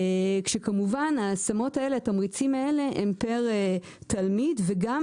כשכמובן התמריצים האלה הם פר תלמיד וגם